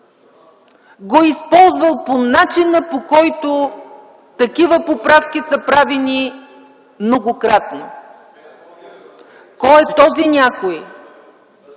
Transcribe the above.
го е използвал по начина, по който такива поправки са правени многократно. Кой е този някой?